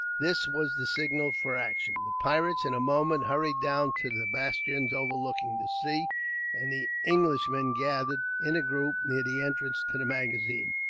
this was the signal for action. the pirates, in a moment, hurried down to the bastions overlooking the sea and the englishmen gathered, in a group, near the entrance to the magazine.